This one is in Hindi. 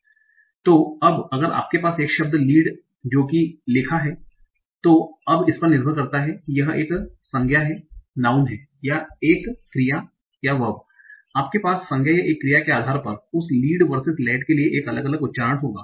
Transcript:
तो अब अगर आपके पास एक शब्द लीड जो कही लिखा हैं तो अब इस पर निर्भर करता है कि यह एक संज्ञा है या एक क्रिया है आपके पास संज्ञा या एक क्रिया के आधार पर उस लीड वर्सेज लेड के लिए एक अलग उच्चारण होगा